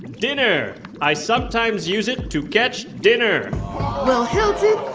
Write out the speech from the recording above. dinner i sometimes use it to catch dinner well, hilton,